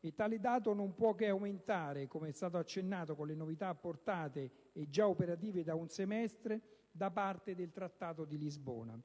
E tale dato non può che aumentare, come è stato accennato, con le novità apportate (e già operative da un semestre) da parte del trattato di Lisbona.